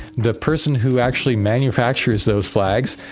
the person who actually manufacturers those flags,